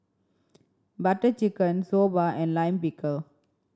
Butter Chicken Soba and Lime Pickle